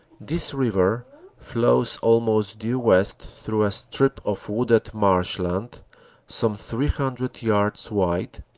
this river flows almost due west through a stri p of wooded marsh land some three hundred yards wide,